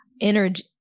energy